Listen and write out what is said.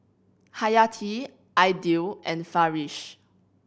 Hayati Aidil and Farish